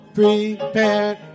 prepared